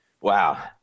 Wow